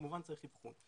כמובן צריך אבחון.